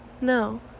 No